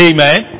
Amen